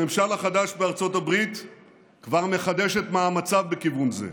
הממשל החדש בארצות הברית כבר מחדש את מאמציו בכיוון זה.